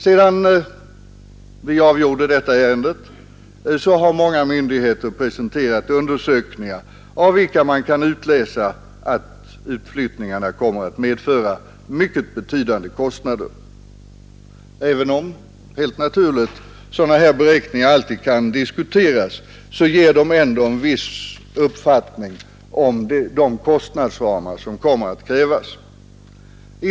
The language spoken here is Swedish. Sedan vi avgjorde detta ärende har många myndigheter presenterat undersökningar av vilka man kan utläsa att utflyttningarna kommer att medföra mycket betydande kostnader. Även om helt naturligt sådana beräkningar alltid kan diskuteras ger de ändå en viss uppfattning om de kostnadsramar som det kommer att bli fråga om.